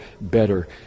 better